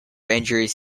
injuries